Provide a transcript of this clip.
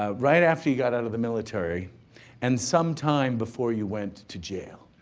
ah right after you got out of the military and some time before you went to jail.